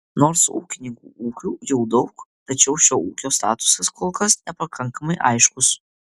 nors ūkininkų ūkių jau daug tačiau šio ūkio statusas kol kas nepakankamai aiškus